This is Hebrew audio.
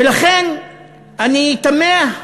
ולכן אני תמה,